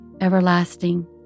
everlasting